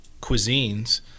cuisines